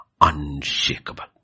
unshakable